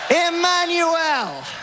Emmanuel